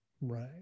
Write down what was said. Right